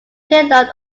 payload